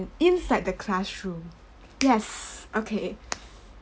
inside the classroom yes okay